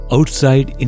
Outside